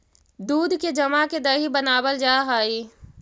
दूध के जमा के दही बनाबल जा हई